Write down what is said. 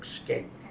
escape